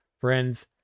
friends